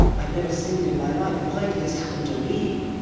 i've never sinned in my life, why did this happen to me?